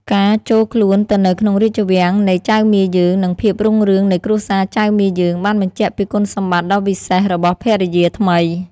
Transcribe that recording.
ការចូលខ្លួនទៅនៅក្នុងរាជវាំងនៃចៅមាយើង និងភាពរុងរឿងនៃគ្រួសារចៅមាយើងបានបញ្ជាក់ពីគុណសម្បត្តិដ៏វិសេសរបស់ភរិយាថ្មី។